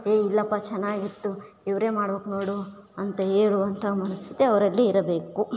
ಹೇ ಇಲ್ಲಪ್ಪ ಚೆನ್ನಾಗಿತ್ತು ಇವ್ರೆ ಮಾಡ್ಬೇಕು ನೋಡು ಅಂತ ಹೇಳುವಂಥ ಮನಸ್ಥಿತಿ ಅವರಲ್ಲಿ ಇರಬೇಕು